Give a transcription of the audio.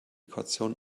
kaution